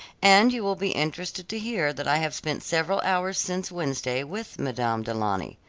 and you will be interested to hear that i have spent several hours since wednesday with madame du launy.